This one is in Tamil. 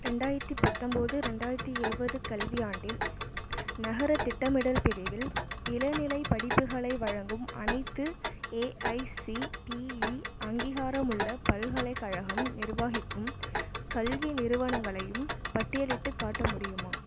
ரெண்டாயிரத்தி பத்தொம்போது ரெண்டாயிரத்தி இருபது கல்வியாண்டில் நகரத் திட்டமிடல் பிரிவில் இளநிலைப் படிப்புகளை வழங்கும் அனைத்து ஏஐசிடிஇ அங்கீகாரமுள்ள பல்கலைக்கழகம் நிர்வகிக்கும் கல்வி நிறுவனங்களையும் பட்டியலிட்டுக் காட்ட முடியுமா